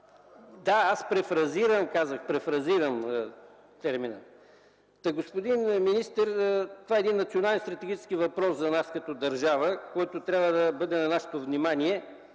Да, аз казах, че перифразирам. Господин министър, това е един национален стратегически въпрос за нас като държава и той трябва да бъде на нашето внимание.